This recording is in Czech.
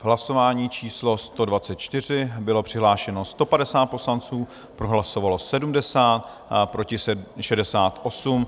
Hlasování číslo 124, bylo přihlášeno 150 poslanců, pro hlasovalo 70, proti 68.